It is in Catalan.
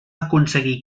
aconseguir